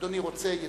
אדוני רוצה, ידבר.